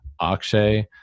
Akshay